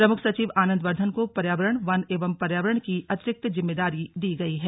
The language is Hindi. प्रमुख सचिव आनंद वर्धन को पर्यावरण वन एवं पर्यावरण की अतिरिक्त जिम्मेदारी दी गई है